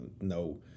no